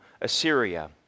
Assyria